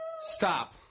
Stop